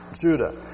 Judah